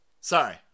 Sorry